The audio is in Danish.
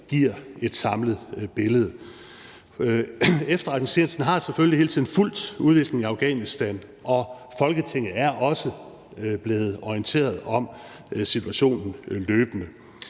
giver et samlet billede. Efterretningstjenesten har selvfølgelig hele tiden fulgt udviklingen i Afghanistan, og Folketinget er også blevet orienteret om situationen løbende.